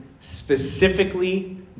specifically